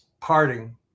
parting